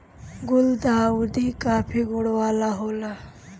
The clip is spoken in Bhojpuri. गुलदाउदी काफी गुण वाला होला